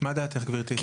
מה דעתך, גברתי?